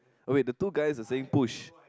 okay the two guys is a same push